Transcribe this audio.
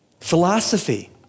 philosophy